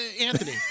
Anthony